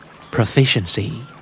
Proficiency